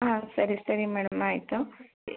ಹಾಂ ಸರಿ ಸರಿ ಮೇಡಮ್ ಆಯ್ತು ಈ